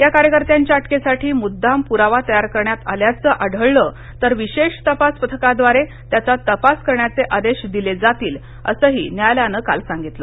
या कार्यकर्त्यांच्या अटकेसाठी मुद्दाम प्रावा तयार करण्यात आल्याचं आढळलं तर विशेष तपास पथकाव्वारे त्याचा तपास करण्याचे आदेश दिले जातील असंही न्यायालयानं काल सांगिंतलं